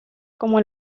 como